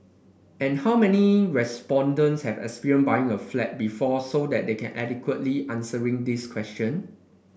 and how many respondents have experience buying a flat before so that they can adequately answering this question